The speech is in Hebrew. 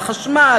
החשמל,